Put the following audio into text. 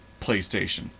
PlayStation